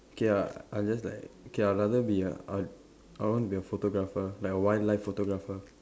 okay ah I just like okay I rather be a I I want to be a photographer like a wildlife photographer